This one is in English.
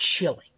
chilling